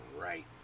Right